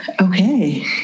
okay